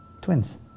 twins